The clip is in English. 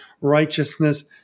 righteousness—